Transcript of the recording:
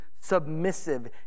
submissive